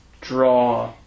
Draw